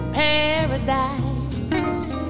paradise